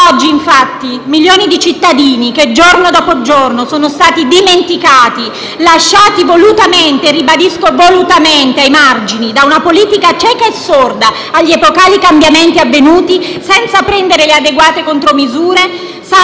Oggi, infatti, milioni di cittadini che, giorno dopo giorno, sono stati dimenticati, lasciati volutamente (ribadisco, volutamente) ai margini da una politica cieca e sorda agli epocali cambiamenti avvenuti, senza prendere le adeguate contromisure, sanno